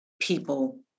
people